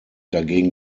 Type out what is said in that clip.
dagegen